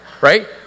right